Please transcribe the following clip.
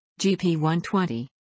GP120